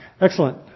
Excellent